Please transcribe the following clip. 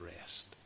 rest